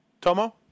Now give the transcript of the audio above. Tomo